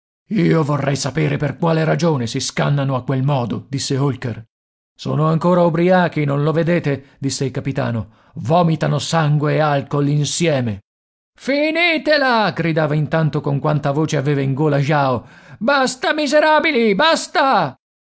io vorrei sapere per quale ragione si scannano a quel modo disse holker sono ancora ubriachi non lo vedete disse il capitano vomitano sangue e alcool insieme finitela gridava intanto con quanta voce aveva in gola jao basta miserabili basta